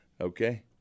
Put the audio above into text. Okay